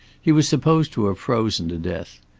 he was supposed to have frozen to death.